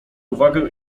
uwagę